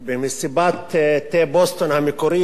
במסיבת התה המקורית בבוסטון נאמר,